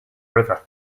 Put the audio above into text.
river